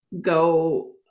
go